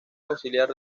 auxiliar